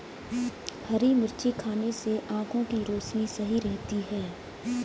हरी मिर्च खाने से आँखों की रोशनी सही रहती है